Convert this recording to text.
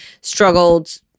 struggled